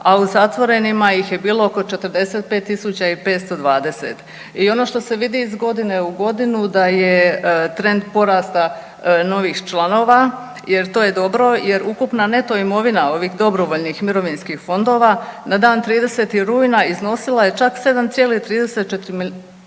a u zatvorenima ih je bilo oko 45.520. I ono što se vidi iz godine iz godinu da je trend porasta novih članova jer to je dobro jer ukupna neto imovina ovih dobrovoljnih mirovinskih fondova na dan 30. rujna iznosila je čak 7,34 milijardi